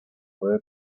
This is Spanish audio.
puede